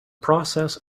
process